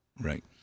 Right